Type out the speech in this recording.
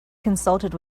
consulted